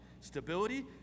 stability